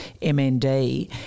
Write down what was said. MND